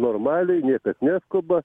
normaliai niekas neskuba